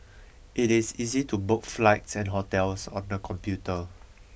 it is easy to book flights and hotels on the computer